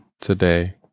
today